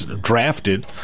drafted